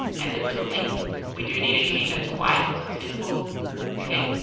and then for the link we do need to change that to white so it's visible okay,